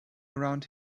around